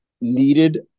needed